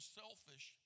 selfish